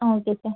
okay sir